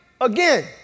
again